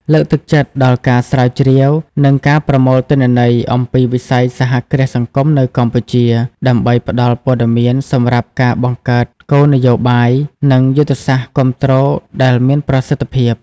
លើកទឹកចិត្តដល់ការស្រាវជ្រាវ និងការប្រមូលទិន្នន័យ អំពីវិស័យសហគ្រាសសង្គមនៅកម្ពុជា ដើម្បីផ្តល់ព័ត៌មានសម្រាប់ការបង្កើតគោលនយោបាយ និងយុទ្ធសាស្ត្រគាំទ្រដែលមានប្រសិទ្ធភាព ។